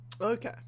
okay